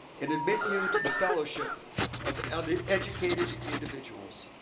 and admit you to the fellowship of and educated individuals.